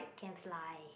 can fly